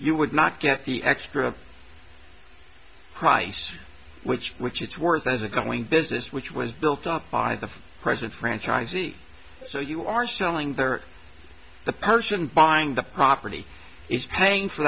you would not get the extra price which which it's worth isn't going business which was built up by the present franchisee so you are selling their the person buying the property is paying for